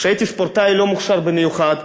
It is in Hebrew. כשהייתי ספורטאי לא מוכשר במיוחד.